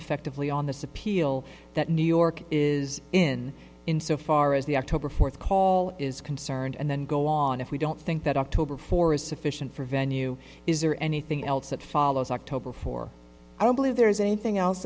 effectively on this appeal that new york is in in so far as the october fourth call is concerned and then go on if we don't think that october for is sufficient for venue is there anything else that follows october for i don't believe there is anything else